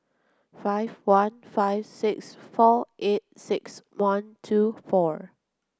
five one five six four eight six one two four